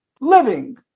living